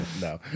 No